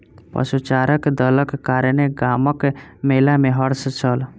पशुचारणक दलक कारणेँ गामक मेला में हर्ष छल